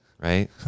Right